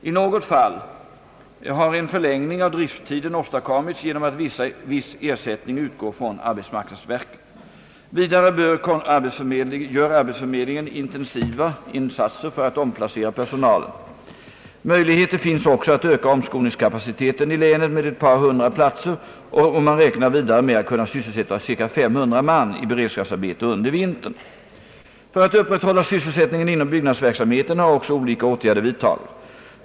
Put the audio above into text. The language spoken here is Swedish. I något fall har en förlängning av driftstiden åstadkommits genom att viss ersättning utgår från arbetsmarknadsverket. Vidare gör arbetsförmedlingen intensiva insatser för att omplacera personalen. Möjligheter finns också att öka omskolningskapaciteten i länet med ett par hundra platser och man räknar vidare med att kunna sysselsätta cirka 500 man i beredskapsarbete under vintern. För att upprätthålla sysselsättningen inom byggnadsverksamheten har också olika åtgärder vidtagits.